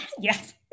yes